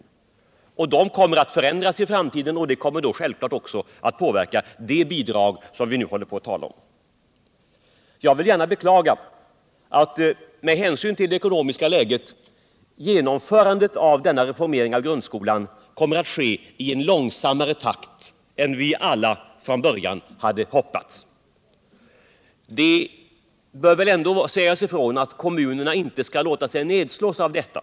Dessa relationer kommer att förändras I framtiden, och detta kommer i sin tur självfallet aut också påverka det bidrag vi här talar om. Jag vill gärna beklaga att genomförandet av denna reformering av grundskolan på grund av det ekonomiska läget kommer att ske i en långsammare takt än vi från början hade hoppats. Men det bör sägas ifrån att kommunerna inte skall läta sig nedslås av detta.